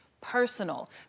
personal